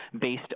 based